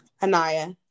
Anaya